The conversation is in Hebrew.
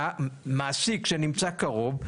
מעסיק שנמצא קרוב,